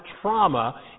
trauma